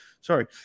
Sorry